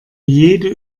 jede